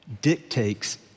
dictates